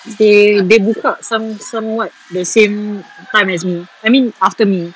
they they buka some~ somewhat they same time as me I mean after me